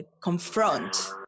confront